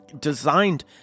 designed